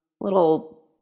little